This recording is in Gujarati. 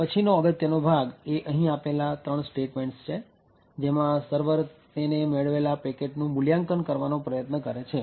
તે પછીનો અગત્યનો ભાગ એ અહી આપેલા ત્રણ સ્ટેટમેન્ટસ છે જેમાં સર્વર તેને મેળવેલા પેકેટનું મૂલ્યાંકન કરવાનો પ્રયત્ન કરે છે